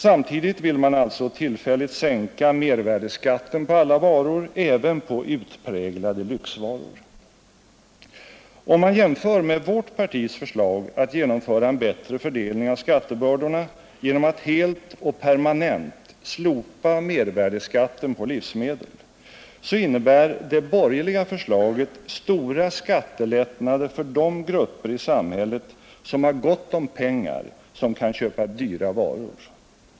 Samtidigt vill man alltså tillfälligt sänka mervärdeskatten på alla varor, även på utpräglade lyxvaror. Om vi jämför med vårt partis förslag att genomföra en bättre fördelning av skattebördorna genom att helt och permanent slopa mervärdeskatten på livsmedel, så ser vi att det borgerliga förslaget innebär stora skattelättnader för de grupper i samhället som har gott om pengar, som kan köpa dyra varor.